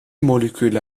moleküle